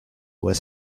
were